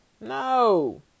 No